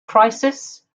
crisis